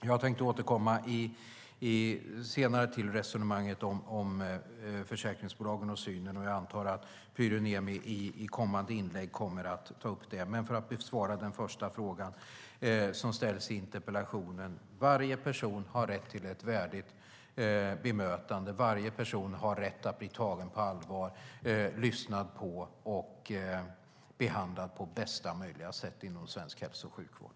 Jag tänkte återkomma senare till resonemanget om försäkringsbolagen och synen på dem, och jag antar att Pyry Niemi kommer att ta upp det i kommande inlägg. Men för att besvara den första fråga som ställs i interpellationen: Varje person har rätt till ett värdigt bemötande. Varje person har rätt att bli tagen på allvar, lyssnad på och behandlad på bästa möjliga sätt inom svensk hälso och sjukvård.